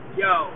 yo